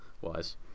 wise